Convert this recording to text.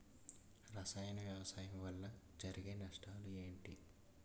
రసాయన వ్యవసాయం వల్ల జరిగే నష్టాలు ఏంటి?